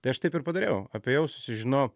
tai aš taip ir padariau apėjau susižinojau